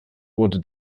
wurde